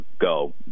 go